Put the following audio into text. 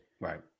Right